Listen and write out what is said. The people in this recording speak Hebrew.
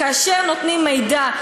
כאשר נותנים מידע,